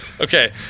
Okay